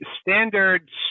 standards